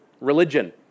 religion